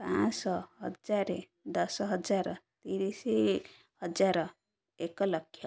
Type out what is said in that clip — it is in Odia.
ପାଞ୍ଚଶହ ହଜାର ଦଶ ହଜାର ତିରିଶ ହଜାର ଏକ ଲକ୍ଷ